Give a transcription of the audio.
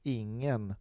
ingen